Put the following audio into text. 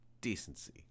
decency